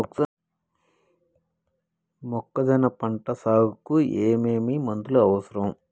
మొక్కజొన్న పంట సాగుకు ఏమేమి మందులు అవసరం?